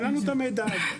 אין לנו את המידע הזה.